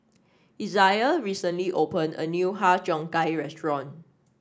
Isiah recently opened a new Har Cheong Gai restaurant